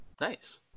Nice